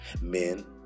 Men